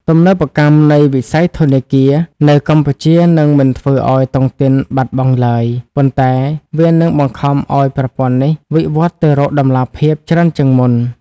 ទំនើបកម្មនៃវិស័យធនាគារនៅកម្ពុជានឹងមិនធ្វើឱ្យតុងទីនបាត់បង់ឡើយ ប៉ុន្តែវានឹងបង្ខំឱ្យប្រព័ន្ធនេះវិវត្តទៅរក "តម្លាភាព" ច្រើនជាងមុន។